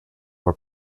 were